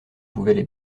pouvaient